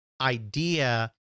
idea